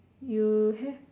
you have